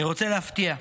אני רוצה להפתיע.